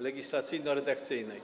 legislacyjno-redakcyjnej.